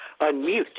Unmute